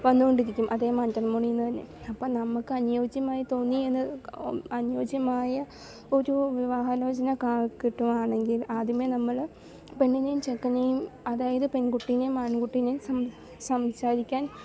വന്നു കൊണ്ടിരിക്കും അതെ മാട്രിമോണിയിൽ നിന്നു തന്നെ അപ്പം നമുക്ക് അനിയോജ്യമായി തോന്നി എന്ന് അനിയോജ്യമായ ഒരു വിവാഹ ആലോചന കിട്ടുവാണെങ്കിൽ ആദ്യമേ നമ്മൾ പെണ്ണിനേയും ചെക്കനേയും അതായത് പെൺകുട്ടീനേയും ആൺകുട്ടീനേയും സംസാരിക്കാൻ